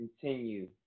continue